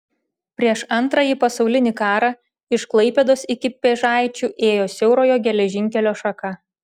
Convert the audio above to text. prieš antrąjį pasaulinį karą iš klaipėdos iki pėžaičių ėjo siaurojo geležinkelio šaka